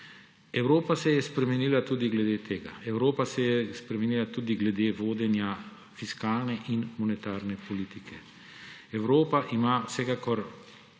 Evropa se je spremenila tudi glede tega, Evropa se je spremenila tudi glede vodenja fiskalne in monetarne politike. Evropa ima vsekakor